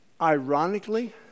Ironically